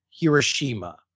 Hiroshima